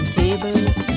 tables